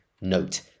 note